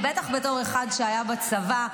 בטח בתור אחד שהיה בצבא,